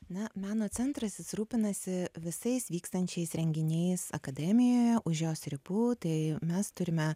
na meno centras jis rūpinasi visais vykstančiais renginiais akademijoje už jos ribų tai mes turime